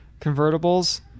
convertibles